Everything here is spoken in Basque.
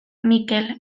mikel